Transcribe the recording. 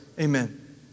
Amen